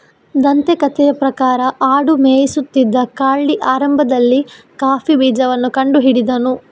ದಂತಕಥೆಯ ಪ್ರಕಾರ ಆಡು ಮೇಯಿಸುತ್ತಿದ್ದ ಕಾಲ್ಡಿ ಆರಂಭದಲ್ಲಿ ಕಾಫಿ ಬೀಜವನ್ನ ಕಂಡು ಹಿಡಿದನು